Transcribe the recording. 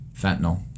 fentanyl